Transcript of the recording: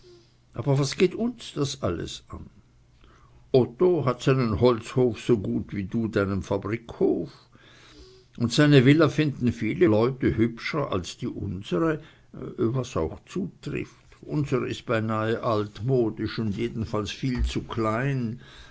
aber was geht uns das alles an otto hat seinen holzhof so gut wie du deinen fabrikhof und seine villa finden viele leute hübscher als die unsre was auch zutrifft unsre ist beinah altmodisch und jedenfalls viel zu klein